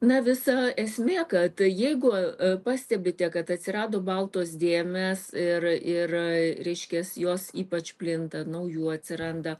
na visa esmė kad jeigu pastebite kad atsirado baltos dėmės ir ir reiškias jos ypač plinta naujų atsiranda